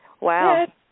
Wow